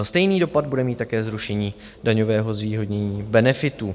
Stejný dopad bude mít také zrušení daňového zvýhodnění benefitů.